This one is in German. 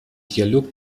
dialog